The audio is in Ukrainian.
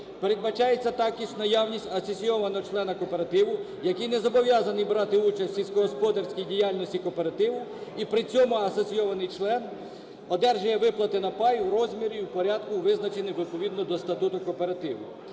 Передбачається також наявність асоційованого члена кооперативу, який не зобов'язаний брати участь в сільськогосподарській діяльності кооперативу, і при цьому асоційований член одержує виплати на пай в розмірі і в порядку, визначеному відповідно до статуту кооперативу.